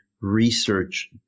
research